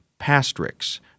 Pastrix